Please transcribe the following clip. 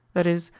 that is,